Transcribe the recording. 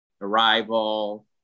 Arrival